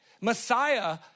Messiah